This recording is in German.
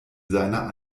seiner